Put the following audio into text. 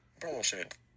Bullshit